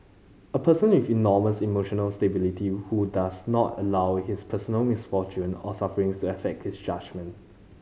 a person with enormous emotional stability who does not allow his personal misfortune or sufferings to affect his judgement